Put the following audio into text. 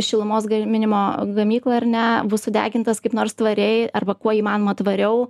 šilumos gaminimo gamyklą ar ne bus sudegintas kaip nors tvariai arba kuo įmanoma tvariau